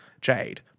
jade